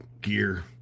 gear